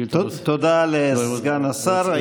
תודה לסגן השר.